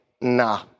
nah